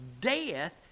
death